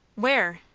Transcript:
where?